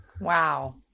Wow